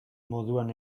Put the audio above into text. moduan